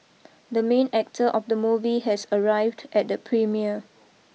the main actor of the movie has arrived at the premiere